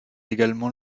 également